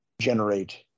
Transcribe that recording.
generate